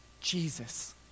Jesus